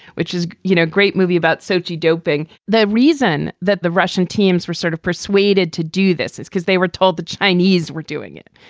which is a you know great movie about sochi doping, the reason that the russian teams were sort of persuaded to do this is because they were told the chinese were doing it.